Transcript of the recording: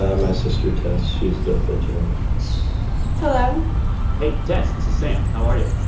ah my sister tess. she's the thirteen year old hello hey, tess. this is sam. how are you?